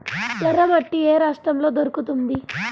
ఎర్రమట్టి ఏ రాష్ట్రంలో దొరుకుతుంది?